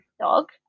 dog